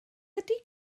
ydy